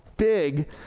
Big